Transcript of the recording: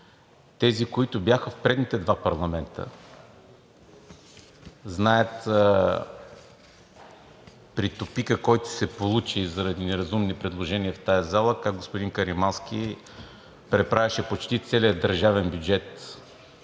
Тези, които бяха в предните два парламента, знаят при тупика, който се получи заради неразумни предложения в тази зала, как господин Каримански преправяше почти целия държавен бюджет,